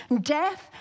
death